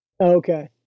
Okay